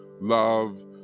love